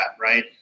Right